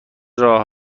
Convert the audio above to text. راه